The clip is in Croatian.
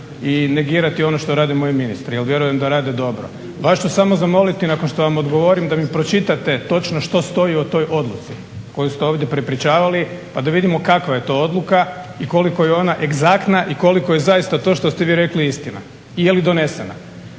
i negirati ono što rade moji ministri jer vjerujem da rade dobro. vas ću samo zamoliti nakon što vam odgovorim da mi pročitate točno što stoji od te odluke koju ste ovdje prepričavali, pa da vidimo kakva je to odluka i koliko je ona egzaktna i koliko je zaista to što ste vi rekli istina i je li donesena.